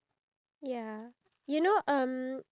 ya I know there's like a lot